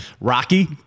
Rocky